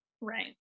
Right